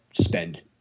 spend